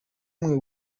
n’umwe